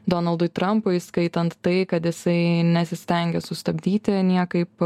donaldui trampui įskaitant tai kad jisai nesistengė sustabdyti niekaip